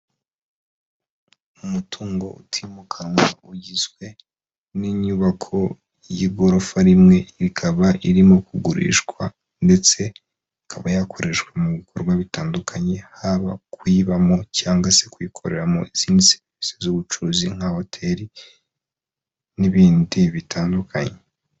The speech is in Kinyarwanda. Umutungo utimukanwa ugizwe n'inyubako y'igorofa rimwe, ikaba irimo kugurishwa ndetse ikaba yakoreshwa mu bikorwa bitandukanye haba kuyibamo cyangwa se kuyikorera izindi serivise z'ubucuruzi nka hoteri n'ibindi bitandukanye.